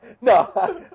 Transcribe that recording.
No